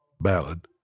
ballad